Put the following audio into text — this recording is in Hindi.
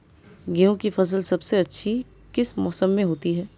गेंहू की फसल सबसे अच्छी किस मौसम में होती है?